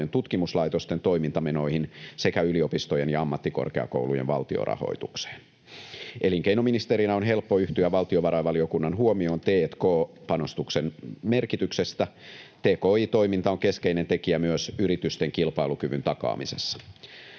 tutkimuslaitosten toimintamenoihin sekä yliopistojen ja ammattikorkeakoulujen valtionrahoitukseen. Elinkeinoministerinä on helppo yhtyä valtiovarainvaliokunnan huomioon t&k-panostuksen merkityksestä. Tki-toiminta on keskeinen tekijä myös yritysten kilpailukyvyn takaamisessa.